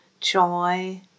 joy